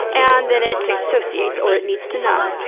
and then it disassociates or it needs to numb.